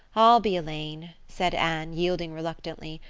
i'll be elaine, said anne, yielding reluctantly,